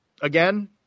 again